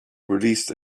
released